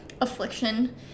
affliction